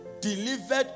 delivered